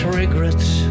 regrets